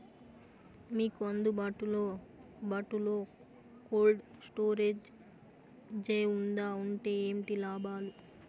మీకు అందుబాటులో బాటులో కోల్డ్ స్టోరేజ్ జే వుందా వుంటే ఏంటి లాభాలు?